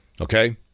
Okay